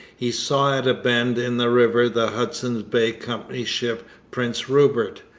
he saw at a bend in the river the hudson's bay company's ship prince rupert,